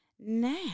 Now